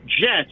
Jets